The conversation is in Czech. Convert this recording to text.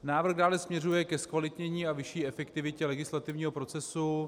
Návrh dále směřuje ke zkvalitnění a vyšší efektivitě legislativního procesu.